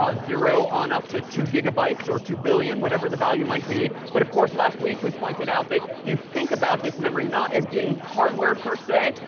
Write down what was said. ah zero on up to two gigabytes, or two billion, whatever the value might be. but of course last week, we pointed out that you think about this memory not as being hardware per se,